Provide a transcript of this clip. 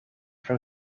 from